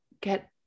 get